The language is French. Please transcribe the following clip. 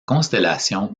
constellation